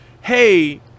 hey –